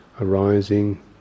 arising